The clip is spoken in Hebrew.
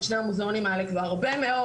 שני המוזיאונים האלה כבר הרבה מאוד,